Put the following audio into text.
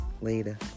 Later